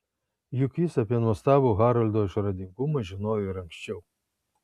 juk jis apie nuostabų haroldo išradingumą žinojo ir anksčiau